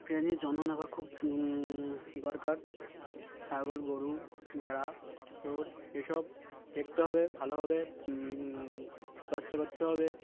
ট্রেনের জানোয়ার নেওয়া খুব দরকার ছাগল গরু ভেড়া শুয়োর এসব দেখতে হবে ভালো হবে চর্চা করতে হবে